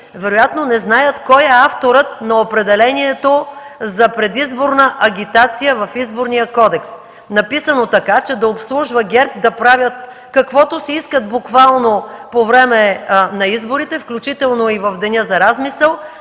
вероятно не знаят кой е авторът на определението за предизборна агитация в Изборния кодекс, написано така, че да обслужва ГЕРБ да правят буквално каквото си искат по време на изборите, включително и в деня за размисъл